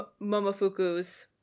Momofuku's